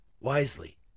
wisely